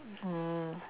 mm